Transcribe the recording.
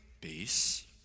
Peace